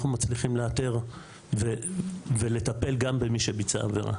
מצליחים לאתר ולטפל גם במי שביצע עבירה.